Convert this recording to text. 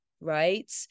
right